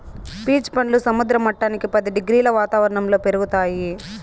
peach పండ్లు సముద్ర మట్టానికి పది డిగ్రీల వాతావరణంలో పెరుగుతాయి